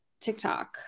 TikTok